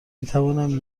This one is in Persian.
میتوانم